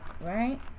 right